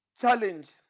challenge